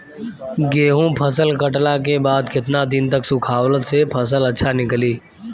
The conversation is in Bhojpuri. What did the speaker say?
गेंहू फसल कटला के बाद केतना दिन तक सुखावला से फसल अच्छा निकली?